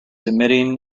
emitting